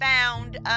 found